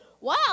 wow